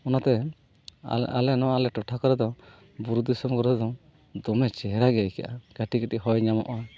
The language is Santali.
ᱚᱱᱟᱛᱮ ᱟᱞ ᱟᱞᱮ ᱱᱚᱣᱟ ᱴᱚᱴᱷᱟ ᱠᱚᱨᱮ ᱫᱚ ᱵᱩᱨᱩ ᱫᱤᱥᱚᱢ ᱨᱮᱦᱚᱸ ᱫᱚᱢᱮ ᱪᱮᱦᱨᱟᱜᱮ ᱤᱠᱟᱹᱜᱼᱟ ᱠᱟᱹᱴᱤᱡᱼᱠᱟᱴᱤᱡ ᱦᱚᱭ ᱧᱟᱢᱚᱜᱼᱟ